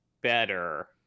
better